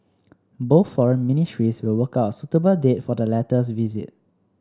both foreign ministries will work out suitable date for the latter's visit